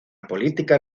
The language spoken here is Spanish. política